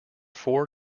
four